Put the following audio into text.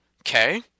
Okay